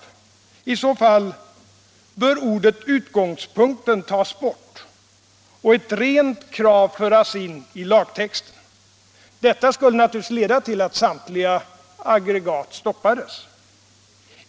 I så fall bör ordet ”utgångspunkten” tas bort och ett rent krav föras in i lagtexten. Detta skulle naturligtvis leda till att samtliga aggregat fick stoppas.